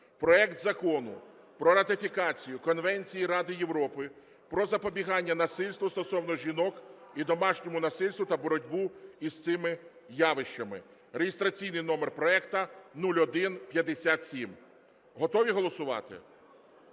проект Закону про ратифікацію Конвенції Ради Європи про запобігання насильству стосовно жінок і домашньому насильству та боротьбу із цими явищами (реєстраційний номер проекту 0157). Готові голосувати?